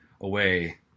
away